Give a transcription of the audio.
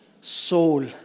Soul